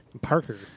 Parker